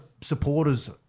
supporters